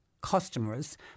customers